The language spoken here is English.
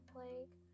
Plague